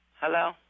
Hello